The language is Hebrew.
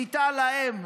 ליטל, האם: